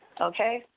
okay